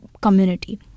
community